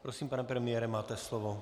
Prosím, pane premiére, máte slovo.